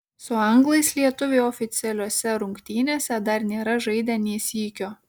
su anglais lietuviai oficialiose rungtynėse dar nėra žaidę nė sykio